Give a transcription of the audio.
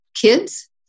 kids